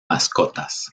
mascotas